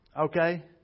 Okay